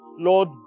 Lord